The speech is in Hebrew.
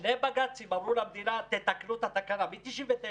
שני בג"צים אמרו למדינה: תתקנו את התקנה, מ-1999.